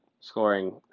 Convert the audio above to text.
scoring